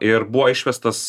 ir buvo išvestas